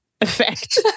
effect